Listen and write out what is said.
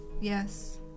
yes